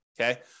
Okay